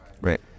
Right